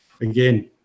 again